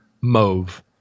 mauve